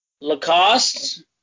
Lacoste